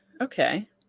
Okay